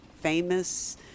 famous